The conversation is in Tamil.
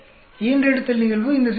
ஈன்றெடுத்தல் நிகழ்வு இந்த 0